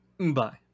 Bye